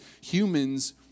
humans